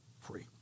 free